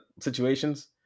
situations